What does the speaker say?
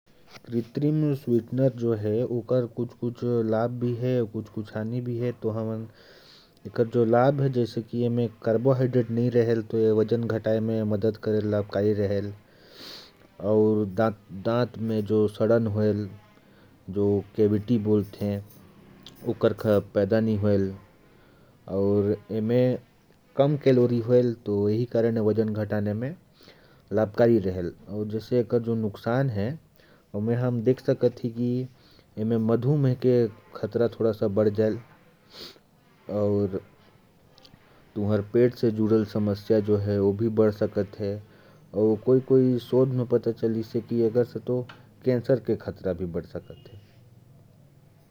कृत्रिम स्वीटनर के कुछ लाभ भी हैं और कुछ हानि भी। इसके लाभों को देखें तो इसमें कार्बोहाइड्रेट की मात्रा बहुत कम रहती है, जो वजन घटाने में उपयोगी है। दांतों में सड़न का खतरा कम रहता है और इसमें कैलोरी भी कम रहती है, यही कारण है कि यह वजन घटाने में लाभकारी है। इसके नुकसान की बात करें तो यह मधुमेह के खतरे को बढ़ा सकता है। पेट की समस्याएँ भी बढ़ सकती हैं, और कुछ शोध में यह भी पाया गया है कि इसमें कैंसर का खतरा हो सकता है।